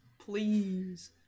Please